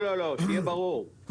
לא שיהיה ברור,